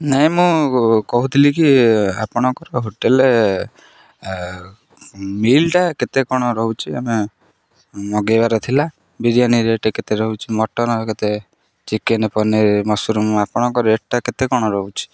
ନାହିଁ ମୁଁ କହୁଥିଲି କି ଆପଣଙ୍କର ହୋଟେଲ୍ରେ ମିଲ୍ଟା କେତେ କ'ଣ ରହୁଛି ଆମେ ମଗାଇବାର ଥିଲା ବିରିୟାନୀ ରେଟ୍ କେତେ ରହୁଛି ମଟନ୍ କେତେ ଚିକେନ୍ ପନିର ମସରୁମ୍ ଆପଣଙ୍କ ରେଟ୍ଟା କେତେ କ'ଣ ରହୁଛି